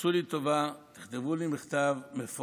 תעשו לי טובה, תכתבו לי מכתב מפורט.